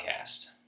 Podcast